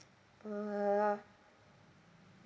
err